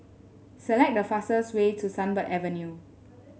select the fastest way to Sunbird Avenue